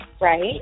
Right